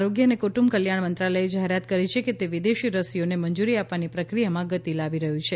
આરોગ્ય અને કુટુંબ કલ્યાણ મંત્રાલયે જાહેરાત કરી છે કે તે વિદેશી રસીઓને મંજૂરી આપવાની પ્રક્રિયામાં ગતિ લાવી રહ્યું છે